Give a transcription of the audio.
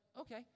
okay